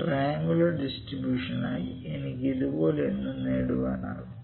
triangular ഡിസ്ട്രിബൂഷനായി എനിക്ക് ഇതുപോലൊന്ന് നേടാനാകും